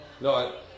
No